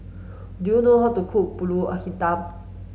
do you know how to cook Pulut Hitam